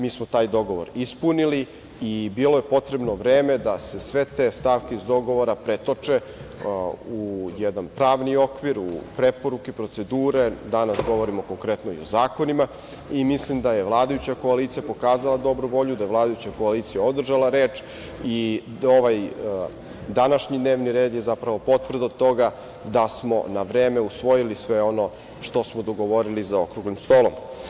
Mi smo taj dogovor ispunili i bilo je potrebno vreme da se sve te stavke iz dogovora pretoče u jedan pravni okvir, u preporuke i procedure, danas govorimo konkretno i o zakonima, i mislim da je vladajuća koalicija pokazala dobru volju, da je vladajuća koalicija održala reč i ovaj današnji dnevni red je zapravo potvrda toga da smo na vreme usvojili sve ono što smo dogovorili za okruglim stolom.